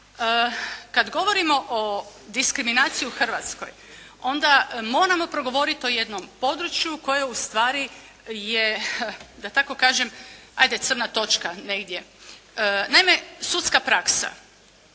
Kad govorimo o diskriminaciji u Hrvatskoj onda moramo progovoriti o jednom području koje ustvari je da tako kažem ajde crna točka negdje. Naime sudska praksa,